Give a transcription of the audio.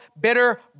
bitter